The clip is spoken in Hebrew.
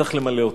צריך למלא אותו,